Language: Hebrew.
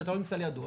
כשאתה לא נמצא לידו,